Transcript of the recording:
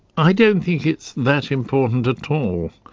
i don't think it's that important at all.